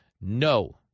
No